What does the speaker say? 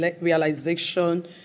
realization